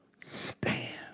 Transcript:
stand